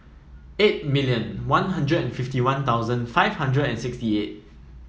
eight million One Hundred and fifty One Thousand five hundred and sixty eight